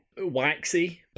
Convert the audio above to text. waxy